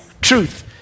Truth